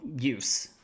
use